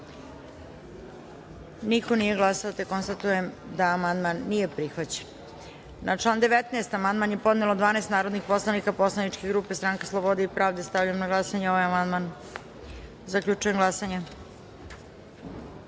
Niko nije glasao. Konstatujem da amandman nije prihvaćen. Na član 19. amandman je podnelo 12 narodnih poslanika Poslaničke grupe Stranka slobode i pravde. Stavljam na glasanje ovaj amandman. Zaključujem glasanje: